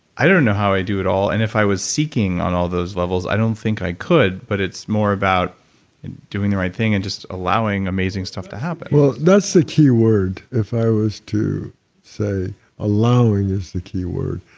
i don't know how i do it all, and if i was seeking on all those levels, i don't think i could, but it's more about doing the right thing and just allowing amazing stuff to happen that's the keyword if i was to say allowing is the keyword,